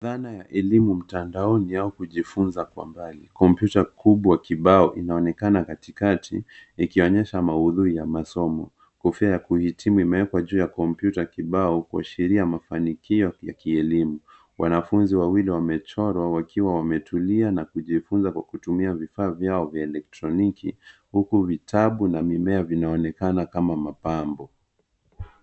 Dhana ya elimu mtandaoni au kujifunza kwa mbali. Kompyuta kubwa kibao inaonekana katikati ikionyesha maudhui ya masomo. Kofia ya kuhitimu imewekwa juu ya kompyuta kibao kwa sheria ya mafanikio ya kielimu. Wanafunzi wawili wamechorwa wakiwa wametulia na kujifunza kwa kutumia vifaa vyao vya elektroniki huku vitabu na mimea vinaonekana kama mapambo.